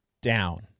down